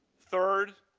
third,